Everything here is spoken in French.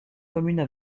communes